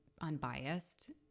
unbiased